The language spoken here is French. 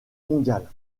mondiale